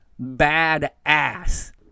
badass